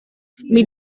mit